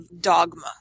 dogma